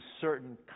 certain